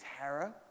terror